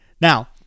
Now